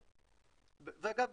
ואגב,